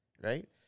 Right